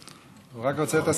נקבל את זה בכתב, אם אתה רוצה.